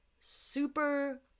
super